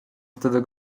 wtedy